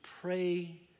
pray